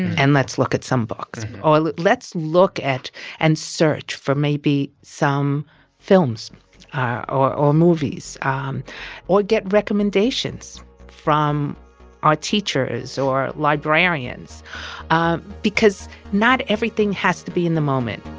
and let's look at some books or let's look at and search for maybe some films or or movies um or get recommendations from our teachers or librarians because not everything has to be in the moment